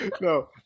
no